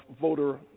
voter